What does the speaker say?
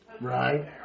right